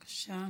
בבקשה.